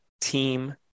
team